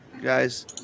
Guys